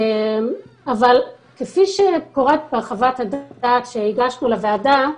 אבל, כפי שפורט בחוות הדעת שהגשנו לוועדה,